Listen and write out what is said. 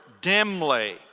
dimly